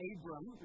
Abram